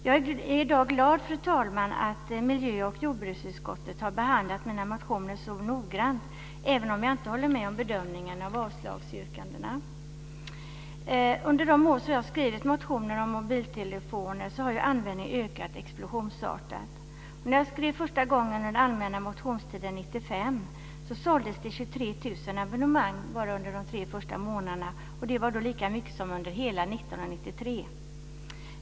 Jag är i dag glad, fru talman, att miljö och jordbruksutskottet har behandlat mina motioner så noggrant, även om jag inte håller med om bedömningen av avslagsyrkandena. Under de år som jag har skrivit motioner om mobiltelefoner har användningen ökat explosionsartat. När jag skrev för första gången, under den allmänna motionstiden 1995, såldes det 23 000 abonnemang under de tre första månaderna av året. Det var lika mycket som under hela 1993.